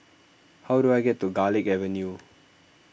how do I get to Garlick Avenue